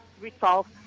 resolve